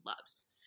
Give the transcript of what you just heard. loves